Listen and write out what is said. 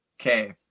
Okay